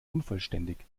unvollständig